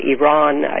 Iran